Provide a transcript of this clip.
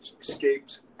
escaped